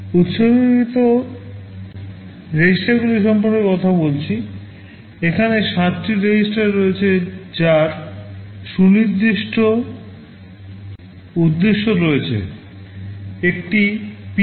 REGISTER গুলি সম্পর্কে কথা বলছি এখানে 7 টি REGISTER রয়েছে যার সুনির্দিষ্ট উদ্দেশ্য রয়েছে একটি PC